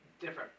different